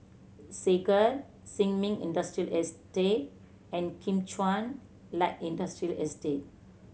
Segar Sin Ming Industrial Estate and Kim Chuan Light Industrial Estate